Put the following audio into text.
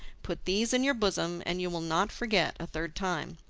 put these in your bosom and you will not forget a third time,